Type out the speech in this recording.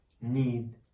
need